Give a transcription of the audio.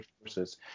forces